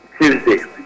Tuesday